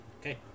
Okay